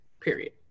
Period